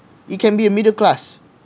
it can be a middle class